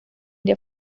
der